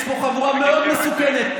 יש פה חבורה מאוד מסוכנת,